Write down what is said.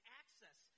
access